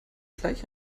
gleich